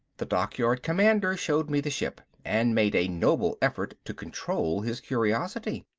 the dockyard commander showed me the ship, and made a noble effort to control his curiosity.